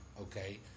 okay